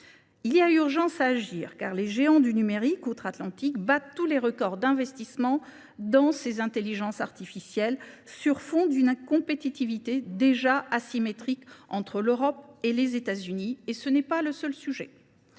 Il y a urgence à agir, car les géants du numérique outre Atlantique battent tous les records d’investissement dans l’intelligence artificielle, sur fond d’une compétitivité déjà asymétrique entre l’Europe et les États Unis. En conclusion,